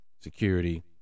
security